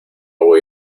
voy